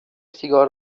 سیگار